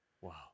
Wow